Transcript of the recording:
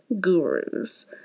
gurus